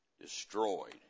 destroyed